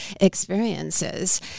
experiences